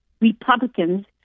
Republicans